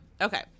okay